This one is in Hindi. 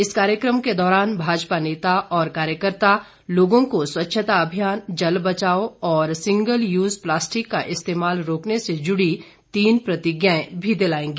इस कार्यक्रम के दौरान भाजपा नेता और कार्यकर्ता लोगों को स्वच्छता अभियान जल बचाओं और सिंगल यूज प्लास्टिक का इस्तेमाल रोकने से जुड़ी तीन प्रतिज्ञाएं भी दिलाएंगे